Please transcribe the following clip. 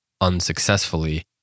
unsuccessfully